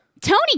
Tony